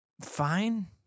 fine